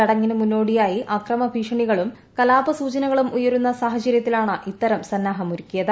ചടങ്ങിന് മൂന്നോടിയായി അക്രമ ഭീഷണികളും കലാപ സൂചനകളും ഉയരു്ന്ന സാഹചര്യത്തിലാണ് ഇത്തരം സന്നാഹമൊരുക്കിയത്